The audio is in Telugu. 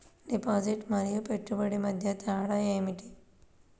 డిపాజిట్ మరియు పెట్టుబడి మధ్య తేడా ఏమిటి?